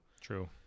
true